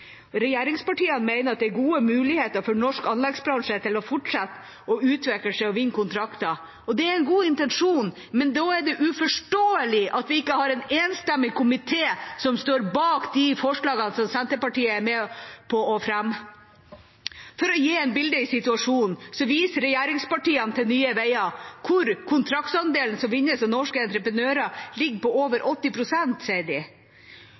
Regjeringspartiene mener at det er gode muligheter for norsk anleggsbransje til å fortsette å utvikle seg og vinne kontrakter. Det er en god intensjon, men da er det uforståelig at det ikke er en enstemmig komité som står bak de forslagene som Senterpartiet er med på å fremme. For å gi et bilde på situasjonen viser regjeringspartiene til Nye Veier, hvor kontraktsandelen som vinnes av norske entreprenører, ligger på over 80 pst., sier de.